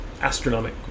...astronomic